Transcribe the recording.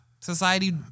Society